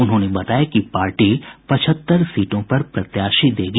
उन्होंने बताया कि पार्टी पचहत्तर सीटों पर प्रत्याशी देगी